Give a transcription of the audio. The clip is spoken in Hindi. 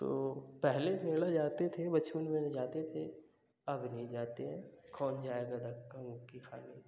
तो पहले मेला जाते थे बचपन में जाते थे अब नहीं जाते हैं कौन जाएगा धक्का मुक्की खाने